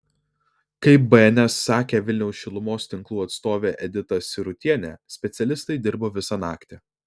kaip bns sakė vilniaus šilumos tinklų atstovė edita sirutienė specialistai dirbo visą naktį